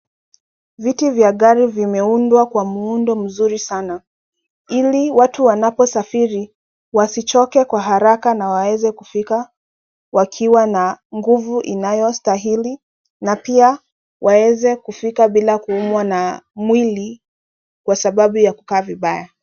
Viti vya gari vimeundwa kwa muundo mzuri sana ili watu wanaposafiri wasichoke kwa haraka na waweze kufika wakiwa na nguvu inayostahili na pia waweze kufika bila kumwa na mwili kwa sababu ya kukaa vibaya.